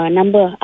number